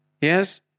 Yes